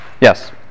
yes